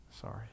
Sorry